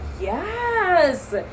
yes